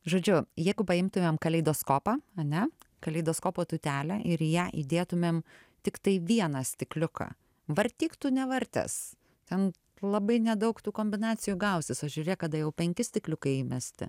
žodžiu jeigu paimtumėm kaleidoskopą ane kaleidoskopo tūtelę ir į ją įdėtumėm tiktai vieną stikliuką vartyk nevartęs ten labai nedaug tų kombinacijų gausis o žiūrėk kada jau penki stikliukai įmesti